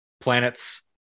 planets